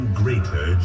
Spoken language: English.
greater